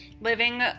living